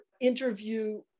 interview